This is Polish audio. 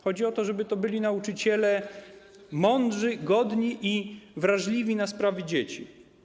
Chodzi o to, żeby to byli nauczyciele mądrzy, godni i wrażliwi na sprawy dzieci.